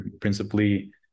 principally